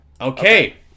Okay